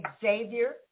xavier